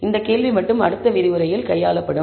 இந்த கேள்வி மட்டும் அடுத்த விரிவுரையில் கையாளப்படும்